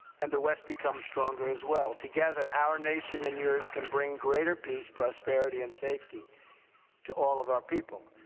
and the west becomes stronger as well. together, our nation and yours can bring greater peace, prosperity, and safety to all of our people.